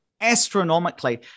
astronomically